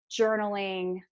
journaling